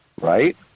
Right